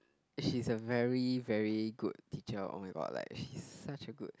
she's a very very good teacher oh-my-god like she's such a good